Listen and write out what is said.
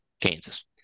Kansas